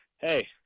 hey